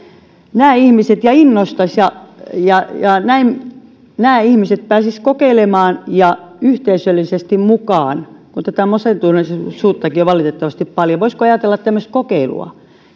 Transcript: he innostaisivat ja ja näin nämä ihmiset pääsisivät kokeilemaan ja yhteisöllisesti mukaan kun masentuneisuuttakin on valitettavasti paljon voisiko ajatella tämmöistä kokeilua